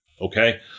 okay